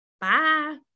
Bye